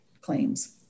claims